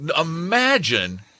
Imagine